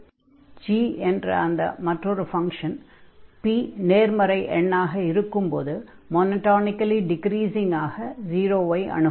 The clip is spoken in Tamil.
அதன் பிறகு g என்ற அந்த மற்றொரு ஃபங்ஷன் p நேர்மறை எண்ணாக இருக்கும்போது மொனொடானிகலி டிக்ரீஸிங்காக 0 ஐ அணுகும்